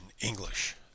English